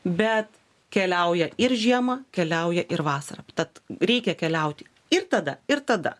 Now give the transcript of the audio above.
bet keliauja ir žiemą keliauja ir vasarą tad reikia keliauti ir tada ir tada